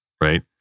right